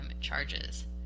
charges